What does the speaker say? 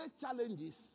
challenges